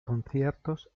conciertos